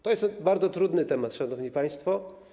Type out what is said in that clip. To jest bardzo trudny temat, szanowni państwo.